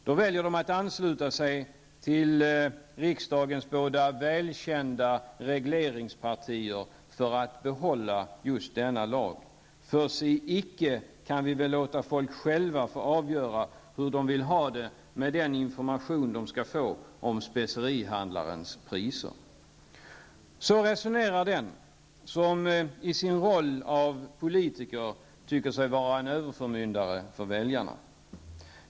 Då väljer de att ansluta sig till riksdagens båda välkända regleringspartier för att behålla just denna lag -- för si, icke kan vi väl låta folk själva få avgöra hur de vill ha det med den information de skall få om specerihandlarens priser. Så resonerar den som i sin roll av politiker tycker sig vara en överförmyndare för väljarna.